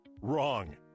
Wrong